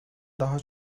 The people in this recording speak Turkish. daha